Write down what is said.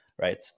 right